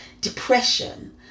depression